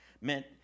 meant